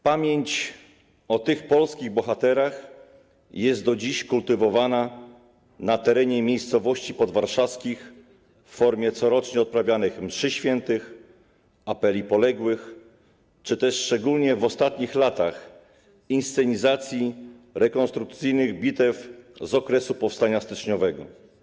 Pamięć o tych polskich bohaterach jest do dziś kultywowana na terenach miejscowości podwarszawskich w formie corocznie odprawianych mszy św., apeli poległych czy też, szczególnie w ostatnich latach, inscenizacji rekonstruujących bitwy z okresu powstania styczniowego.